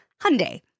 Hyundai